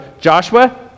Joshua